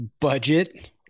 budget